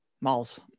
malls